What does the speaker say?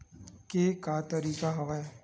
के का तरीका हवय?